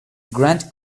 grand